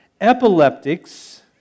epileptics